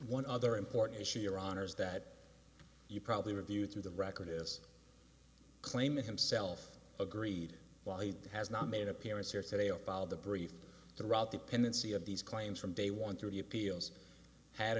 one other important issue your honour's that you probably reviewed through the record is claiming himself agreed while he has not made appearance here today about the brief the route the pendency of these claims from day one through the appeals had